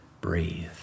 Breathe